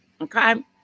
okay